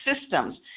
systems